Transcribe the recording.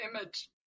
image